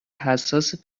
حساس